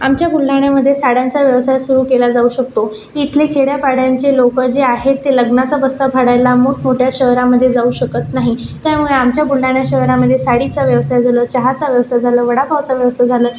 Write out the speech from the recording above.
आमच्या बुलढाण्यामध्ये साड्यांचा व्यवसाय सुरू केला जाऊ शकतो इथले खेड्या पाड्यांची लोकं जे आहेत ते लग्नाचा बस्ता फाडायला मोठ मोठ्या शहरामध्ये जाऊ शकत नाही त्यामुळे आमच्या बुलढाणा शहरामध्ये साडीचा व्यवसाय झालं चहाचा व्यवसाय झालं वडा पावचा व्यवसाय झालं